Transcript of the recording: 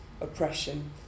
oppression